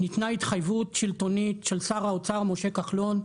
ניתנה התחייבות שלטונית של שר האוצר משה כחלון,